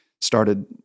started